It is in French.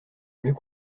mieux